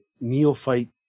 neophyte